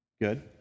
Good